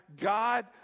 God